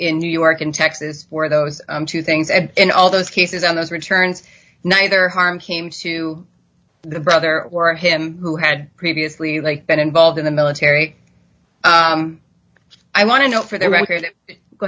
in new york and texas for those two things and all those cases on those returns neither harm came to the brother or him who had previously like been involved in the military i want to know for the record